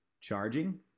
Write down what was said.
charging